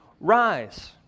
rise